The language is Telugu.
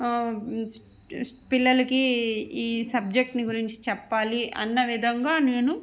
పిల్లలకి ఈ సబ్జెక్ట్ని గురించి చెప్పాలి అన్న విధంగా నేను